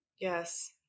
yes